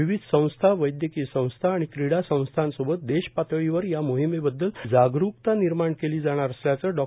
विविध संस्था वैद्यकीय संस्था आणि क्रीडा संस्थांसोबत देशपातळीवर या मोहिमेबद्दल जागरूकता निर्माण केली जाणार असल्याचं डॉ